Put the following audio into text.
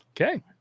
Okay